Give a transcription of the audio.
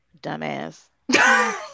Dumbass